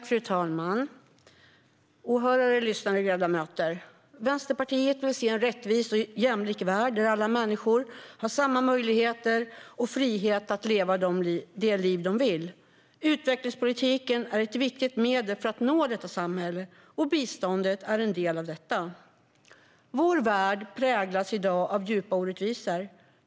Fru talman! Åhörare, lyssnare, ledamöter! Vänsterpartiet vill se en rättvis och jämlik värld där alla människor har samma möjligheter och samma frihet att leva det liv de vill. Utvecklingspolitiken är ett viktigt medel för att nå detta samhälle, och biståndet är en del av detta. Vår värld präglas i dag av djupa orättvisor.